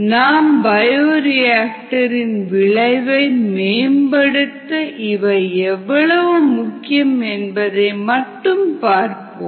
நாம் பயோரிஆக்டர் இன் விளைவை மேம்படுத்த இவை எவ்வளவு முக்கியம் என்பதை மட்டும் பார்ப்போம்